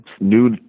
new